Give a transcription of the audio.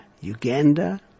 Uganda